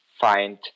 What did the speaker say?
find